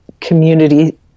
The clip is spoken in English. community